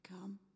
come